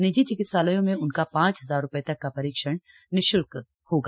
निजी चिकित्सालयों में उनका पांच हजार रूपये तक का परीक्षण निश्ल्क होगा